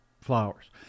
flowers